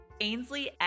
Ainsley